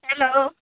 hello